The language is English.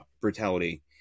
brutality